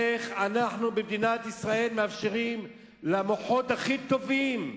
איך אנחנו במדינת ישראל מאפשרים למוחות הכי טובים,